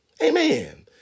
Amen